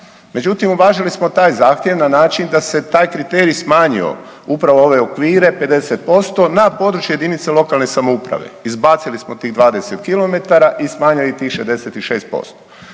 međutim uvažili smo taj zahtjev na način da se taj kriterij smanjio upravo ove okvire 50% na području jedinice lokalne samouprave, izbacili smo tih 20 km i smanjili tih 66%